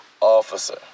officer